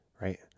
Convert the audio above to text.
right